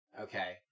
okay